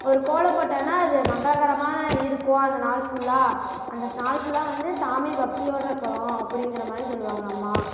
ஒரு கோலம் போட்டாங்கனா அது மங்களகரமாக இருக்கும் அந்த நாள் ஃபுல்லாக அந்த நாள் ஃபுல்லாக வந்து சாமி பக்தியோடய இருக்கிறோம் அப்படிங்கிற மாதிரி சொல்லுவாங்க அம்மா